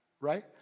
right